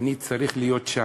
אני צריך להיות שם.